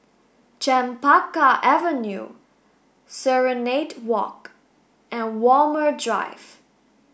Chempaka Avenue Serenade Walk and Walmer Drive